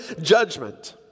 judgment